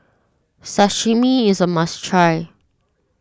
Sashimi is a must try